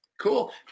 Cool